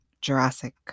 Jurassic